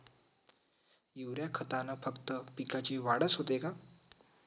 Urea खतानं फक्त पिकाची वाढच होते का?